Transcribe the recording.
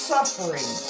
Suffering